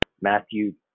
Matthew